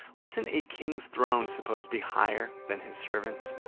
wasn't a king's throne suppose to be higher than his servants?